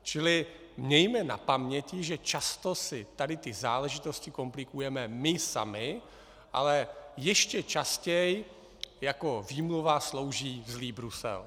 Čili mějme na paměti, že často si tady ty záležitosti komplikujeme my sami, ale ještě častěji jako výmluva slouží zlý Brusel.